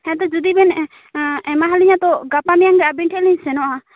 ᱦᱮᱛᱚ ᱡᱩᱫᱤ ᱵᱮᱱ ᱮᱢᱟ ᱟᱹᱞᱤᱧᱟ ᱛᱳ ᱜᱟᱯᱟ ᱢᱮᱭᱟᱝ ᱜᱮ ᱟᱹᱵᱤᱱ ᱴᱷᱮᱱ ᱞᱤᱧ ᱥᱮᱱᱚᱜᱼᱟ